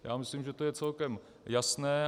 Já myslím, že to je celkem jasné.